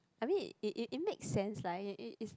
I mean it it it makes sense lah it it is